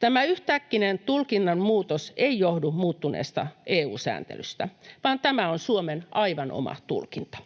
Tämä yhtäkkinen tulkinnan muutos ei johdu muuttuneesta EU-sääntelystä, vaan tämä on Suomen aivan oma tulkinta,